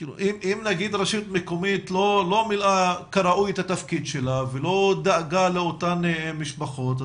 אם נגיד רשות מקומית לא מילאה כראוי את תפקידה ולא דאגה לאותן משפחות,